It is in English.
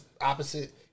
opposite